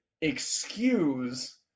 excuse